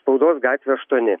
spaudos gatvė aštuoni